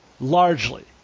Largely